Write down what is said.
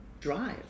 drive